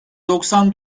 doksan